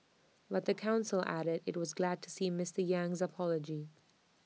but the Council added IT was glad to see Mister Yang's apology